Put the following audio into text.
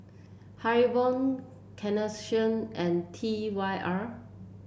Haribo Carnation and T Y R